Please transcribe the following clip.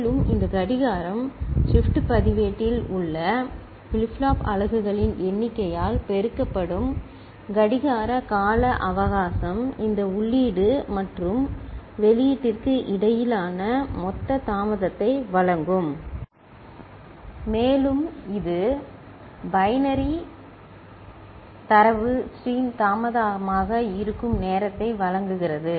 மேலும் இந்த கடிகாரம் ஷிப்ட் பதிவேட்டில் உள்ள ஃபிளிப் ஃப்ளாப் அலகுகளின் எண்ணிக்கையால் பெருக்கப்படும் கடிகார கால அவகாசம் இந்த உள்ளீடு மற்றும் வெளியீட்டிற்கு இடையிலான மொத்த தாமதத்தை வழங்கும் மேலும் இது பைனரி தரவு ஸ்ட்ரீம் தாமதமாக இருக்கும் நேரத்தை வழங்குகிறது